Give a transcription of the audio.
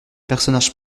personnage